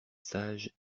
sages